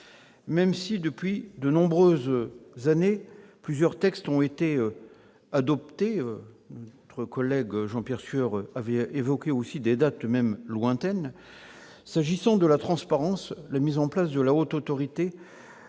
matière, depuis de nombreuses années, plusieurs textes ont été adoptés- notre collègue Jean-Pierre Sueur a évoqué quelques dates, dont certaines sont lointaines. S'agissant de la transparence, la mise en place de la Haute Autorité